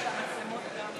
יש עוד רשימה ארוכה